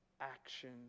action